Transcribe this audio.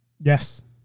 Yes